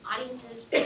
audiences